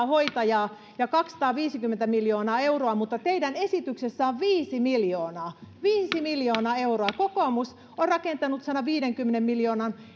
hoitajaa ja kaksisataaviisikymmentä miljoonaa euroa mutta teidän esityksessänne on viisi miljoonaa viisi miljoonaa euroa kokoomus on rakentanut sadanviidenkymmenen miljoonan